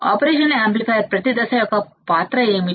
operation amplifier ప్రతి దశ యొక్క పాత్ర ఏమిటి